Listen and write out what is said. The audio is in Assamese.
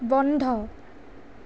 বন্ধ